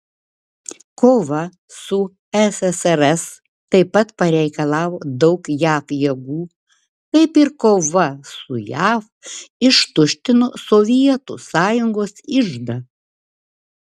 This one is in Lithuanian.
kova su ssrs taip pat pareikalavo daug jav jėgų kaip ir kova su jav ištuštino sovietų sąjungos iždą